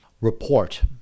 report